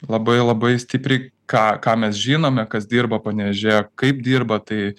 labai labai stipriai ką ką mes žinome kas dirba panevėžyje kaip dirba tai